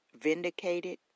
vindicated